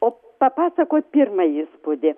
o papasakot pirmą įspūdį